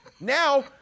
Now